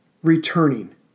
returning